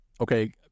Okay